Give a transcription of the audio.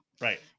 right